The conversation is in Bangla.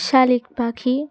শালিক পাখি